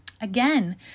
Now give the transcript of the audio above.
Again